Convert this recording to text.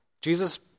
Jesus